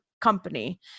company